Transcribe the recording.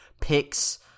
picks